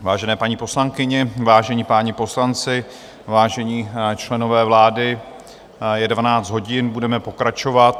Vážené paní poslankyně, vážení páni poslanci, vážení členové vlády, je 12 hodin, budeme pokračovat.